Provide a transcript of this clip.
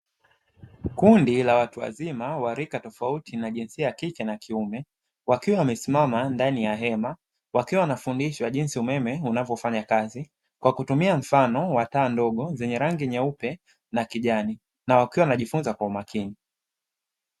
Kundi la watu wazima wa rika tofauti na jinsia ya kike na kiume, wakiwa wamesimama ndani ya hema. Wakiwa wanafundishwa jinsi umeme unavyofanya kazi, kwa kutumia mfano wa taa ndogo zenye rangi nyeupe na kijani na wakiwa wanajifunza kwa umakini.